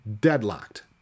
deadlocked